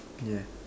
yeah